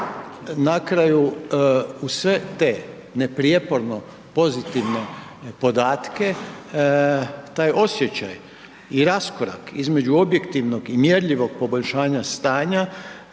na kraju uz sve te neprijeporno pozitivne podatke, taj osjećaj i raskorak između objektivnog i mjerljivog poboljšanja stanja